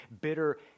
bitter